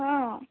ହଁ